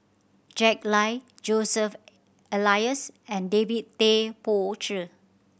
Jack Lai Joseph Elias and David Tay Poey Cher